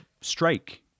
strike